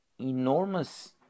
enormous